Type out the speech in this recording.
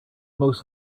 most